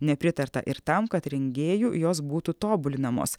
nepritarta ir tam kad rengėjų jos būtų tobulinamos